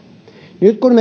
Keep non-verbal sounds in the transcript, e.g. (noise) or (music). nyt kun (unintelligible)